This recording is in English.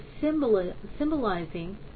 symbolizing